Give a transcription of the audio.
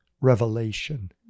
revelation